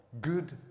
good